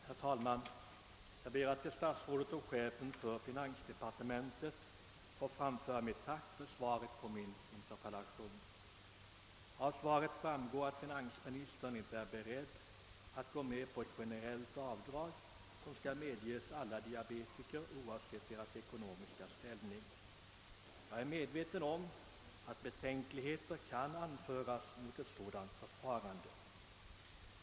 Herr talman! Jag ber att till statsrådet och chefen för finansdepartementet få framföra mitt tack för svaret på min interpellation. Av detsamma framgår att finansministern inte är beredd att gå med på ett generellt avdrag för alla diabetiker oavsett deras ekonomiska ställning. Jag är medveten om att betänkligheter kan anföras mot ett sådant förfarande.